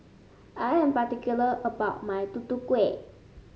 I am particular about my Tutu Kueh